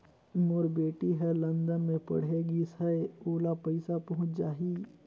मोर बेटी हर लंदन मे पढ़े गिस हय, ओला पइसा पहुंच जाहि?